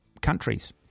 countries